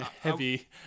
heavy